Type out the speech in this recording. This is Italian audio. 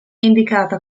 indicata